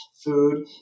food